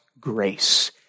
grace